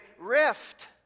rift